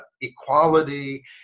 equality